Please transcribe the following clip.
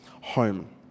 home